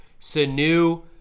Sanu